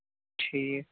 ٹھیٖک